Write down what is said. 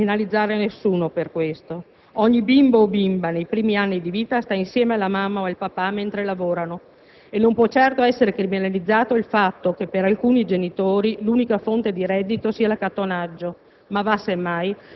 Non dobbiamo criminalizzare nessuno per questo. Ogni bimbo o bimba nei primi anni di vita sta insieme alla mamma e al papà mentre lavorano e non può essere certo criminalizzato il fatto che per alcuni genitori l'unica fonte di reddito sia l'accattonaggio,